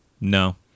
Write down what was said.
no